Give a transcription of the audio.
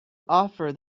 offer